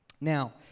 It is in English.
Now